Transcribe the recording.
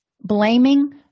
blaming